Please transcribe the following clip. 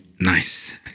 Nice